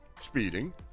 speeding